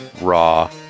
raw